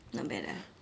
not bad ah